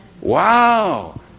Wow